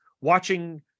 watching